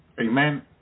Amen